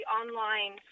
online